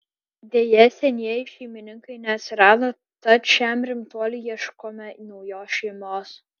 deja senieji šeimininkai neatsirado tad šiam rimtuoliui ieškome naujos šeimos